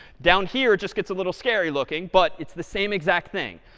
down here just gets a little scary looking but it's the same exact thing.